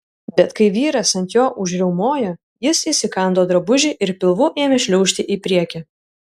bet kai vyras ant jo užriaumojo jis įsikando drabužį ir pilvu ėmė šliaužti į priekį